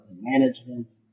management